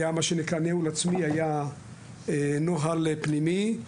הייתה ניהול עצמי ונוהל פנימי.